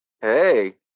Hey